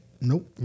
Nope